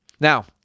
Now